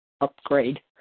upgrade